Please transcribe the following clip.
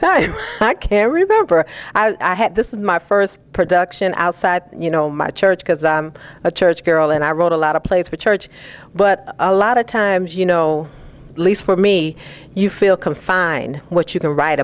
time i can remember i had this is my first production outside you know my church has a church girl and i wrote a lot of plays for church but a lot of times you know least for me you feel confined what you can write